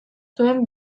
zuen